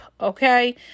okay